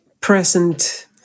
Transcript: present